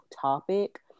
topic